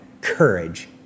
courage